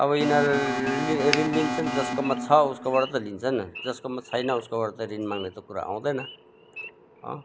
अब यिनीहरू ऋण लिन्छन् जसकोमा छ उसकोबाट त लिन्छन् जसकोमा छैन उसकोबाट त ऋण माग्ने त कुरा आउँदैन अँ